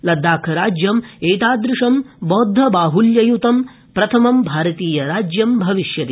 लद्दाखराज्यं त्रिादृश्यं बौद्धबाहुल्ययुतं प्रथमं भारतीयराज्यं भविष्यति